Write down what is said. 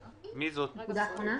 שרית,